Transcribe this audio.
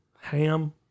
Ham